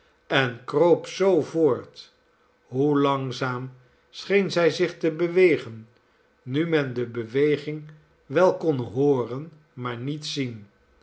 en kroop zoo voort hoe langzaam scheen zij zich te bewegen nu men de beweging wel kon hooren maar niet zien